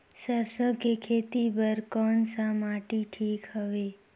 सरसो के खेती बार कोन सा माटी ठीक हवे?